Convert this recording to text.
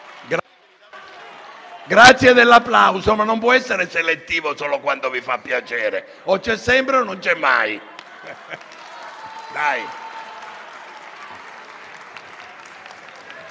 Grazie dell'applauso, ma non può essere selettivo solo quando vi fa piacere: o c'è sempre o non c'è mai.